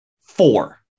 Four